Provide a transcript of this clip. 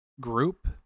group